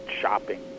shopping